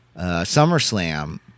SummerSlam